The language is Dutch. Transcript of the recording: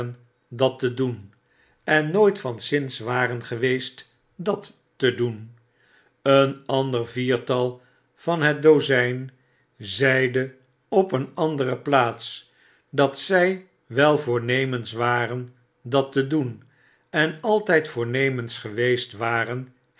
dat te doen en nooit van zins waren geweest dat te doen een ander viertal van het dozijn zeide op een andere plaats dat zij wel voornemens waren dat te doen en altjjd voornemens geweest waren